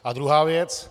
A druhá věc.